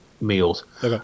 meals